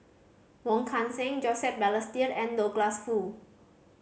Wong Kan Seng Joseph Balestier and Douglas Foo